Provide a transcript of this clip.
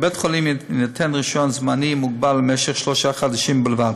ולבית-החולים יינתן רישיון זמני ומוגבל למשך שלושה חודשים בלבד.